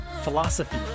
philosophy